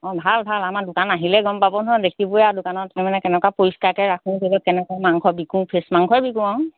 অঁ ভাল ভাল আমাৰ দোকান আহিলেই গম পাব নহয় দেখিবই আৰু দোকানত মানে কেনেকুৱা পৰিষ্কাৰকৈ ৰাখোঁ কেনেকুৱা মাংস বিকোঁ ফ্ৰেছ মাংসই বিকোঁ আৰু